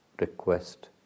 request